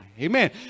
Amen